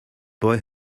boy